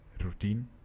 routine